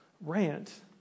rant